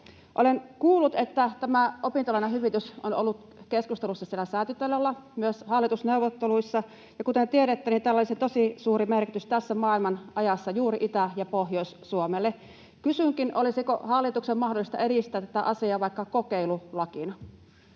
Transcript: Olen kuullut, että tämä opintolainahyvitys on ollut keskustelussa siellä Säätytalolla myös hallitusneuvotteluissa, ja kuten tiedätte, tällä olisi tosi suuri merkitys tässä maailmanajassa juuri Itä- ja Pohjois-Suomelle. Kysynkin: olisiko hallituksen mahdollista edistää tätä asiaa vaikka kokeilulakina?